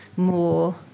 more